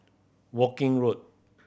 Woking Road